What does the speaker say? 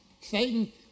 Satan